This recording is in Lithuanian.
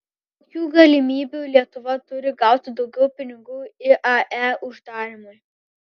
kokių galimybių lietuva turi gauti daugiau pinigų iae uždarymui